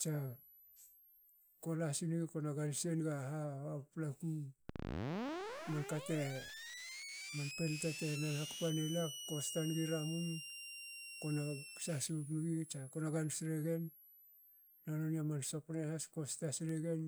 Tsa kolasili kona glasi enaga ha paplaku man pelte te nan hakpa nela ko sta nigi ramun kona sasop nigi tsa kona galsi regen na nonia man sopne has ko sta regen